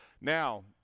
Now